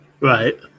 Right